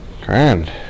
Grand